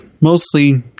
mostly